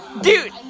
dude